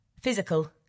Physical